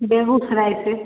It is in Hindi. बेगूसराय से